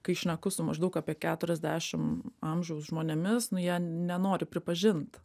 kai šneku su maždaug apie keturiasdešim amžiaus žmonėmis nu jie nenori pripažint